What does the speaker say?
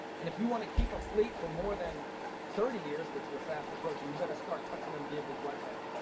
and if you wanna keep a fleet for more than thirty years, which they're fast approaching, you better start touching them vehicles right now.